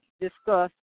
discussed